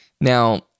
Now